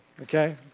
Okay